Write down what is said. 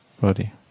body